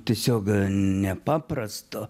tiesiog nepaprasto